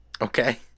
Okay